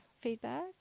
Feedback